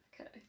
Okay